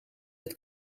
het